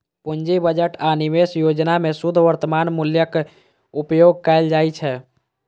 पूंजी बजट आ निवेश योजना मे शुद्ध वर्तमान मूल्यक उपयोग कैल जाइ छै